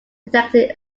detected